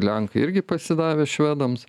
lenkai irgi pasidavę švedams